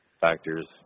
factors